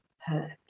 hurt